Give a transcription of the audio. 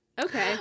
Okay